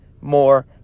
more